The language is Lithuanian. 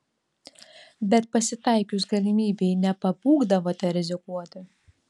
bet pasitaikius galimybei nepabūgdavote rizikuoti